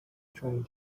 trying